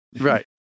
Right